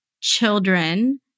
children